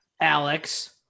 Alex